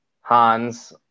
hans